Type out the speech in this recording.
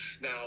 Now